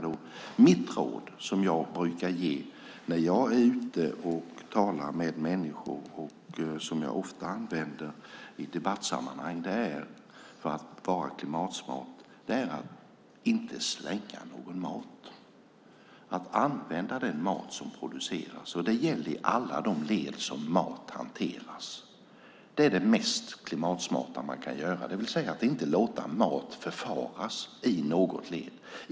Det råd som jag brukar ge när jag är ute och talar med människor och som jag ofta använder i debattsammanhang är att för att vara klimatsmart ska man inte slänga någon mat. Man ska använda den mat som produceras. Det gäller i alla de led som mat hanteras. Det är det mest klimatsmarta man kan göra, att inte låta mat förfaras i något led.